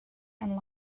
and